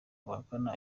buhakana